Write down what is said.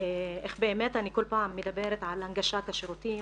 איך באמת אני כל פעם מדברת על הנגשת השירותים,